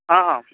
ହଁ ହଁ